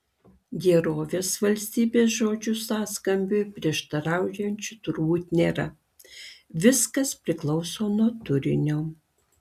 gerovės valstybės žodžių sąskambiui prieštaraujančių turbūt nėra viskas priklauso nuo turinio